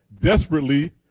desperately